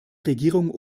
regierung